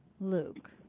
Luke